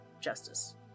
Justice